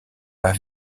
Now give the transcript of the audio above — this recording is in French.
pas